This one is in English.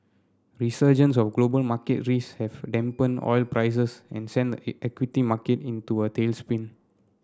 resurgence of global market risks have dampened oil prices and sent the equity market into a tailspin